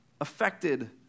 affected